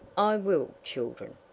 i will, children.